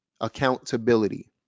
accountability